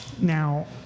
Now